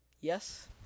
Yes